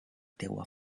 teua